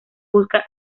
busca